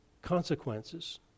Consequences